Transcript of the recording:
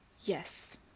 Yes